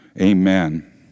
Amen